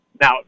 Now